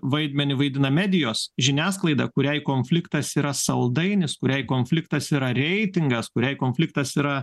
vaidmenį vaidina medijos žiniasklaida kuriai konfliktas yra saldainis kuriai konfliktas yra reitingas kuriai konfliktas yra